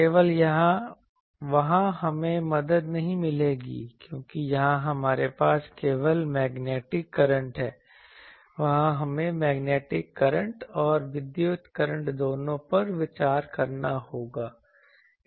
केवल वहां हमें मदद नहीं मिलेगी क्योंकि यहां हमारे पास केवल मैग्नेटिक करंट है वहां हमें मैग्नेटिक करंट और विद्युत करंट दोनों पर विचार करना होगा